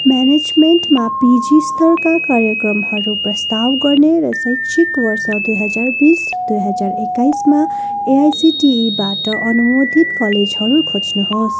म्यानेजमेन्टमा PG स्तरका कार्यक्रमहरू प्रस्ताव गर्ने र शैक्षिक वर्ष दुई बजार बिस दुई हजार एक्काइसमा एआइसिटिईबाट अनुमोदित कलेजहरू खोज्नुहोस्